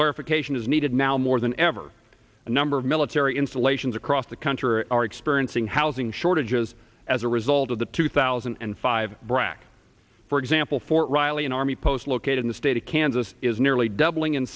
clarification is needed now more than ever a number of military installations across the country are experiencing housing shortages as a result of the two thousand and five brac for example fort riley an army post located in the state of kansas is nearly doubling in